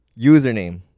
Username